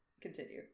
Continue